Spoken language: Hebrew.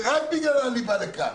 ורק בגללה אני בא לכאן.